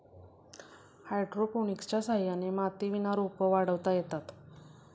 हायड्रोपोनिक्सच्या सहाय्याने मातीविना रोपं वाढवता येतात